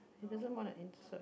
it doesn't wanna insert